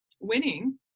winning